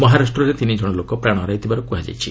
ମହାରାଷ୍ଟ୍ରରେ ତିନି କଶ ଲୋକ ପ୍ରାଣ ହରାଇଥିବାର କୁହାଯାଇଛି